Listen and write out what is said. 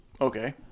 okay